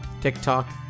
TikTok